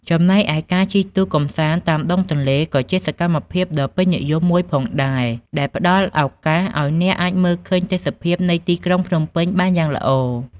ចំណែកឯការជិះទូកកម្សាន្តតាមដងទន្លេក៏ជាសកម្មភាពដ៏ពេញនិយមមួយផងដែរ ដែលផ្ដល់ឱកាសឱ្យអ្នកអាចមើលឃើញទេសភាពនៃទីក្រុងភ្នំពេញបានយ៉ាងល្អ។